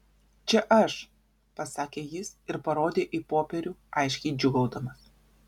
čia aš pasakė jis ir parodė į popierių aiškiai džiūgaudamas